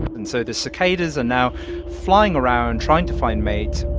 and so the cicadas are now flying around, trying to find mates,